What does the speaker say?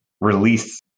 release